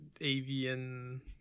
avian